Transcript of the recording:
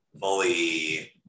fully